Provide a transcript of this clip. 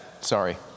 sorry